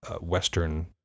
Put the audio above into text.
Western